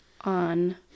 on